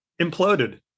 imploded